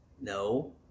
No